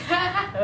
哈哈哈